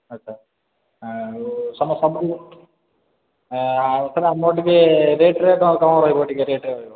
ଆଚ୍ଛା ଆଉ ସବୁ ମୋର ଟିକେ ରେଟ୍ରେ କମ୍ ରହିବ ଟିକେ ରେଟ୍ ରହିବ